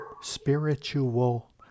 spiritual